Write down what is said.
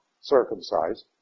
circumcised